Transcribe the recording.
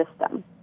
system